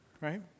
Right